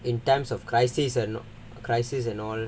in times of crisis and crisis and all